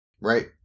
Right